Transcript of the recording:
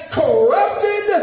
corrupted